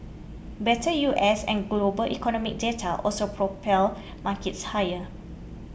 better U S and global economic data also propelled markets higher